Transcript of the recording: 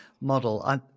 model